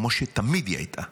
כמו שתמיד היא הייתה,